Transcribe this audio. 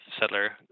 settler